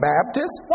Baptist